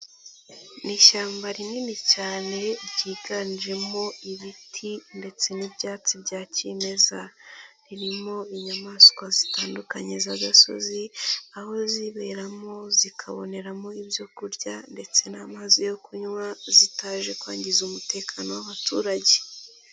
Ni ishyamba rinini cyane ryiganjemo ibiti ndetse n'ibyatsi bya kimeza, ririmo inyamaswa zitandukanye z'agasozi, aho ziberamo zikaboneramo ibyo kurya ndetse n'amazi yo kunywa zitaje kwangiza umutekano w'abaturage.